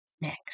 next